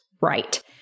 right